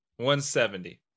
170